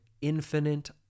infinite